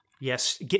Yes